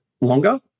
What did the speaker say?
longer